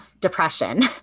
depression